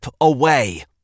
away